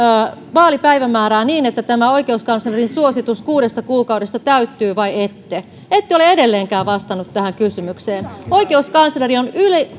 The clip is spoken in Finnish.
vaalipäivämäärää niin että tämä oikeuskanslerin suositus kuudesta kuukaudesta täyttyy vai ette ette ole edelleenkään vastannut tähän kysymykseen oikeuskansleri on